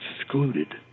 excluded